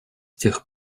тех